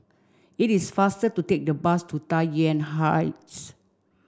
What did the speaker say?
it is faster to take the bus to Tai Yuan Heights